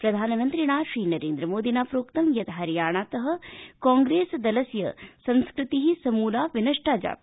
प्रधानमन्त्रिणा नरेन्द्रमोदिना प्रोक्तं यत् हरियाणात कांप्रेसदलस्य संस्कृति समूला विनष्टा जाता